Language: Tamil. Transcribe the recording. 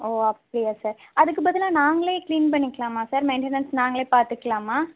ஓ அப்படியா சார் அதுக்கு பதிலாக நாங்களே க்ளீன் பண்ணிக்கலாமா சார் மெயிண்டனன்ஸ் நாங்களே பார்த்துக்கலாமா